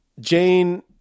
Jane